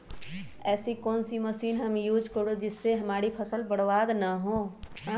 ऐसी कौन सी मशीन हम यूज करें जिससे हमारी फसल बर्बाद ना हो?